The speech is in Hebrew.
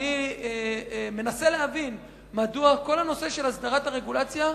אני מנסה להבין מדוע כל הנושא של הסדרת הרגולציה,